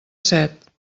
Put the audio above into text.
set